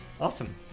Awesome